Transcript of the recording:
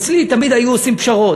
אצלי תמיד היו עושים פשרות,